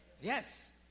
Yes